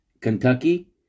Kentucky